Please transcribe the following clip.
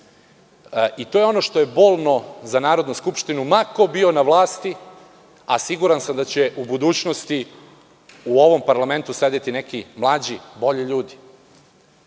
To je ono što je bolno za Narodnu skupštinu, ma ko bio na vlasti, a siguran sam da će u budućnosti u ovom parlamentu sedeti neki mlađi, bolji ljudi.